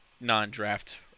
non-draft